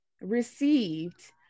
received